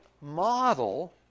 model